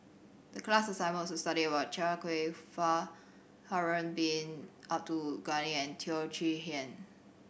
the class assignment was to study about Chia Kwek Fah Harun Bin Abdul Ghani and Teo Chee Hean